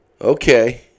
Okay